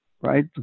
Right